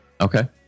Okay